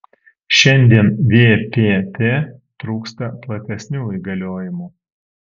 šiandien vpt trūksta platesnių įgaliojimų